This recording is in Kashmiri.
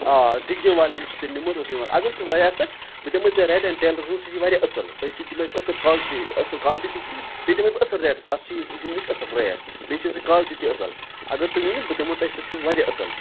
آ ڈِگجَن والیٚن ہُنٛد چھِ ژےٚ نیُمت اوس یِوان اگر ژےٚ وۄنۍ اَژکھ بہٕ دِمَے ژےٚ ریڈ ایٚنٛڈ ٹیلَر ہُنٛد سُہ چھِ واریاہ اَصٕل تَتہِ چھِ دِمَے اَصٕل کالٹی اَصٕل کالٹی تہِ چھِ بیٚیہِ دِمَے بہٕ اَصٕل ریٹَس تَتھ چھی ہُم نِش اَصٕل ریٹ بیٚیہِ چھِ سُہ کالٹی تہِ اَصٕل اگر تُہۍ ؤنیُو بہٕ دِمو تۄہہِ سُہ چھِ واریاہ اَصٕل